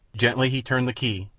gently he turned the key,